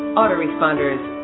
autoresponders